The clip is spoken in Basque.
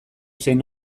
zein